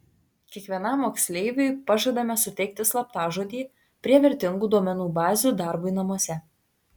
kiekvienam moksleiviui pažadame suteikti slaptažodį prie vertingų duomenų bazių darbui namuose